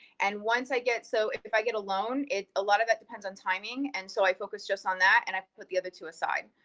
and once i get so, if i get a loan, a lot of it depends on timing, and so, i focus just on that, and i put the other two aside.